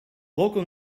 local